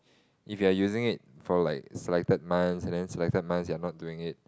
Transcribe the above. if you are using it for like selected months and then selected months you are not doing it